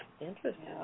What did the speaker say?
Interesting